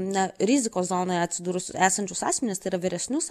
na rizikos zonoj atsidūrusius esančius asmenis tai yra vyresnius